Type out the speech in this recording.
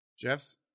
Jeff's